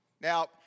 Now